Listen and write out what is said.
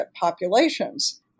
populations